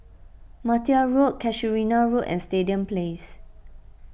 Martia Road Casuarina Road and Stadium Place